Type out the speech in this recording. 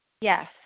yes